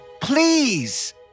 Please